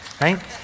right